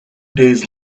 days